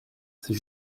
c’est